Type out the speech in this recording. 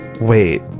wait